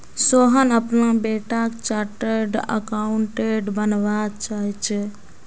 सोहन अपना बेटाक chartered accountant बनवा चाह्चेय